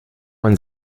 man